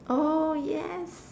oh yes